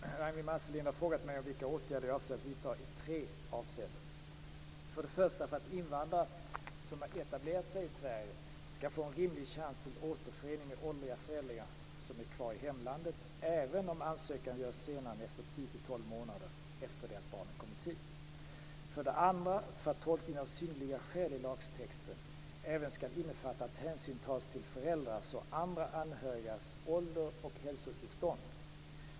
Fru talman! Ragnwi Marcelind har frågat mig vilka åtgärder jag avser att vidta i tre avseenden: För det första för att invandrare som etablerat sig i Sverige skall få en rimlig chans till återförening med åldriga föräldrar som är kvar i hemlandet, även om ansökan görs senare än 10-12 månader efter det att barnen kommit hit. För det andra för att tolkningen av synnerliga skäl i lagtexten även skall innefatta att hänsyn tas till föräldrars och andra anhörigas ålder och hälsotillstånd.